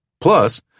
Plus